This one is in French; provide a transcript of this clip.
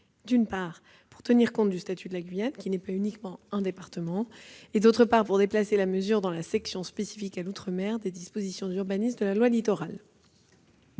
d'une part, pour tenir compte du statut de la Guyane, qui n'est pas uniquement un département, et, d'autre part, pour déplacer la mesure dans la section spécifique à l'outre-mer des dispositions d'urbanisme de la loi Littoral.